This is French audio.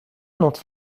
n’ont